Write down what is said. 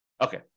Okay